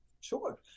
Sure